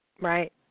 right